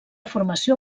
formació